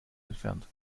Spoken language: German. entfernt